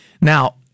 Now